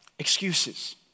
Excuses